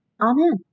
amen